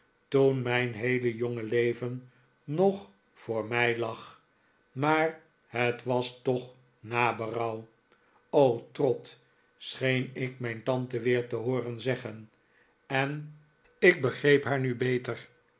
toen mijn heele jonge leven nog voor mij lag maar het was toch naberouw trot scheen ik mijn tante weer te hooren zeggen en ik begreep haar nu bete'r